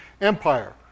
Empire